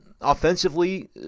offensively